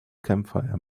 campfire